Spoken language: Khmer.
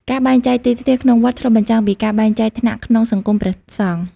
ការបែងចែក ទីធ្លាក្នុងវត្តឆ្លុះបញ្ចាំងពីការបែងចែកថ្នាក់ក្នុងសង្គមព្រះសង្ឃ។